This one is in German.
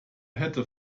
hätte